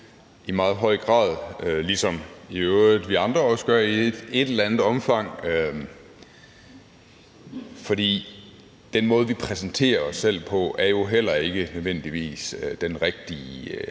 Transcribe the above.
billeder, ligesom vi andre i øvrigt også gør i et eller andet omfang, fordi den måde, vi præsenterer os selv på, jo heller ikke nødvendigvis er det rigtige